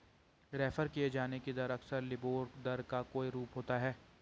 refer किये जाने की दर अक्सर लिबोर दर का कोई रूप होता है